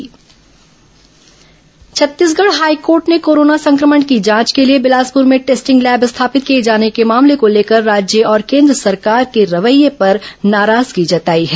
corona high court lab testing Chhattisgarh high court ने corona संक्रमण की जांच के लिए बिलासपुर में टेस्टिंग लैब स्थापित किए जाने के मामले को लेकर राज्य और केन्द्र सरकार के रवैये पर नाराजगी जताई है